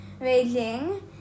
Beijing